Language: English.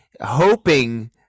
hoping